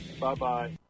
Bye-bye